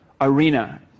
arena